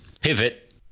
pivot